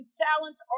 challenge